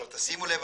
שימו לב,